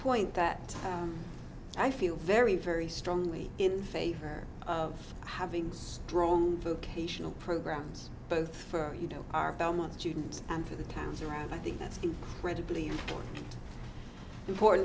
point that i feel very very strongly in favor of having strong vocational programs both for you know our belmont students and for the towns around i think that's critically important for